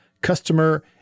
customer